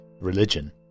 Religion